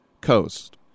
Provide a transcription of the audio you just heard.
coast